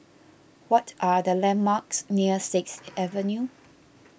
what are the landmarks near Sixth Avenue